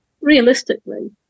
realistically